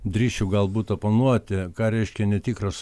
drįsčiau galbūt oponuoti ką reiškia netikras